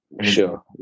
Sure